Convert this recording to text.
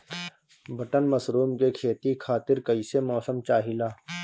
Button mushroom के खेती खातिर कईसे मौसम चाहिला?